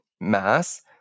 mass